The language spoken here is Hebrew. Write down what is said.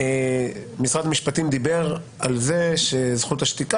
משרד המשפטים דיבר על כך שזכות השתיקה